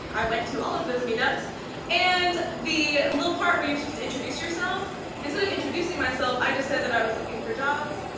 i went to all of those meetups and the little part where you're supposed to introduce yourself, instead of introducing myself, i just said that i was looking for jobs.